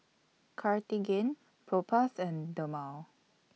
Cartigain Propass and Dermale